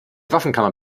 waffenkammer